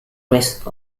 risk